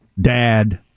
dad